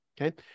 Okay